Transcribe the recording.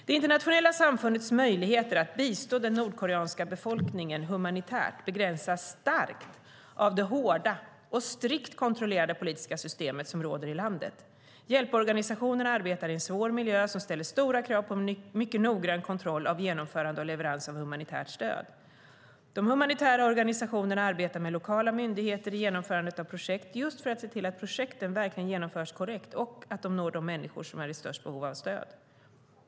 Det internationella samfundets möjligheter att bistå den nordkoreanska befolkningen humanitärt begränsas starkt av det hårda och strikt kontrollerade politiska systemet som råder i landet. Hjälporganisationerna arbetar i en svår miljö som ställer stora krav på mycket noggrann kontroll av genomförande och leverans av humanitärt stöd. De humanitära organisationerna arbetar med lokala myndigheter i genomförandet av projekt just för att se till att projekten verkligen genomförs korrekt och att de når de människor som är i störst behov av stöd.